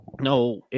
No